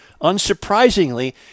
Unsurprisingly